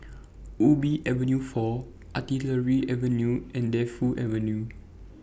Ubi Avenue four Artillery Avenue and Defu Avenue